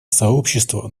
сообщество